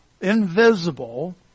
invisible